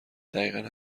دقیقا